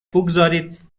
بگذارید